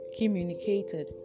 communicated